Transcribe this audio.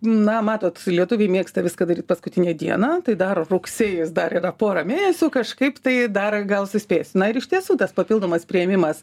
na matot lietuviai mėgsta viską daryt paskutinę dieną tai dar rugsėjis dar yra pora mėnesių kažkaip tai dar gal suspės na ir iš tiesų tas papildomas priėmimas